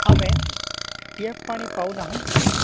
ଆମେ ଟ ଟ୍ୟାପ୍ ପାଣି ପାଉନାହୁଁ